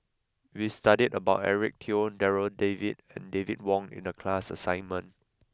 we studied about Eric Teo Darryl David and David Wong in the class assignment